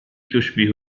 تشبه